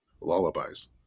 lullabies